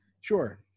Sure